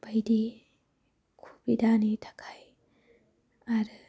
बायदि सुबिदानि थाखाय आरो